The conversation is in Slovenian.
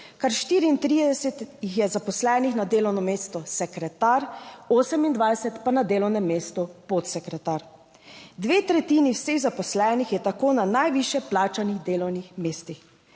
kar 34 jih je zaposlenih na delovnem mestu sekretar, 28 pa na delovnem mestu podsekretar. Dve tretjini vseh zaposlenih je tako na najvišje plačanih delovnih mestih.